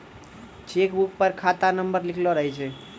cheque book पर खाता number लिखलो रहै छै